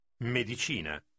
Medicina